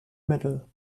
middle